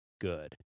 good